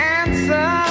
answer